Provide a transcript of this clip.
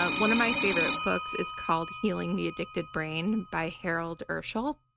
ah one of my favorite books is called healing the addicted brain by harold urschel.